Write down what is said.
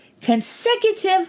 consecutive